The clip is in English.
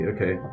Okay